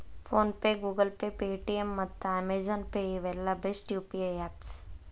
phone pay, Google pay, Paytm ಮತ್ತ Amazon pay ಇವೆಲ್ಲ best UPI apps